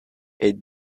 est